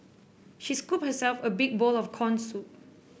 she scooped herself a big bowl of corn soup